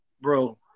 bro